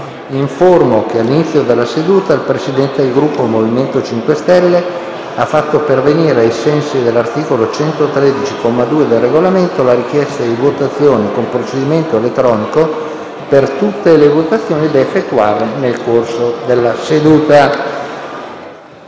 che all'inizio della seduta il Presidente del Gruppo MoVimento 5 Stelle ha fatto pervenire, ai sensi dell'articolo 113, comma 2, del Regolamento, la richiesta di votazione con procedimento elettronico per tutte le votazioni da effettuare nel corso della seduta.